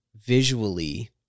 visually